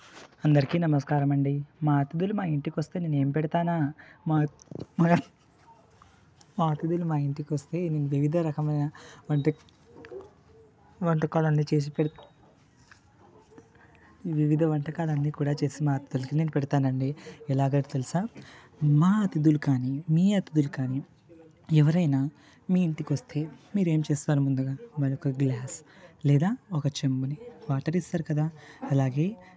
అందరికీ నమస్కారం అండి మా అతిథులు మా ఇంటికి వస్తే నేను ఏం పెడతానా మా మా మా అతిధులు మా ఇంటికి వస్తే నేను వివిధ రకమైన వంటలు వంటకాలు అన్ని చేసి పెడతా వివిధ వంటకాలన్నీ కూడా చేసి మా అతిధులకు నేను పెడతా అండి ఎలాగో తెలుసా మా అతిధులు కానీ మీ అతిధులు కానీ ఎవరైనా మీ ఇంటికి వస్తే మీరు ఏం చేస్తారు ముందుగా వాళ్లకు ఒక గ్లాస్ లేదా ఒక చెంబుని వాటర్ ఇస్తారు కదా అలాగే